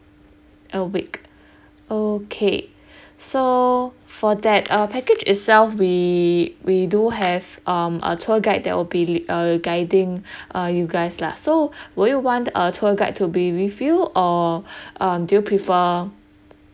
a week okay so for that uh package itself we we do have um a tour guide that will be uh guiding uh you guys lah so would you want a tour guide to be with you or um do you prefer